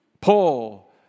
Paul